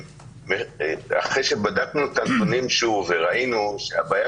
אחרי שבדקנו את הנתונים שוב וראינו שהבעיה